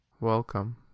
Welcome